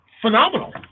phenomenal